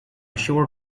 sure